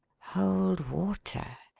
hold water!